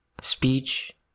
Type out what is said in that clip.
speech